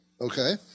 Okay